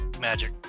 Magic